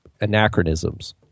anachronisms